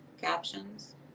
captions